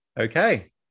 okay